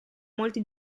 molti